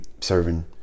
serving